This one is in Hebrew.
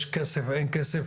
יש כסף ואין כסף,